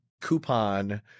coupon